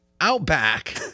Outback